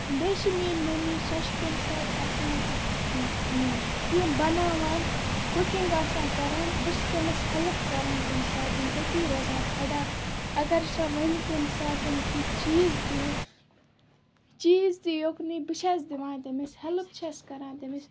بیٚیہِ چھِ میٛٲنۍ مٔمی سۄ چھِ کُنہِ ساتہٕ آسان کیٚنٛہہ بَناوان کُکِنٛگ آسان کَران بہٕ چھَس تٔمِس ہیٚلٕپ کَران تیٚمہِ ساتہٕ تٔتی روزان کھڑا اَگر سۄ وَنہِ کُنہِ ساتہٕ کیٚنٛہہ چیٖز دیو چیٖز دِ یُکنٕے بہٕ چھَس دِوان تٔمِس ہیٚلٕپ چھَس کَران تٔمِس